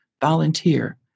volunteer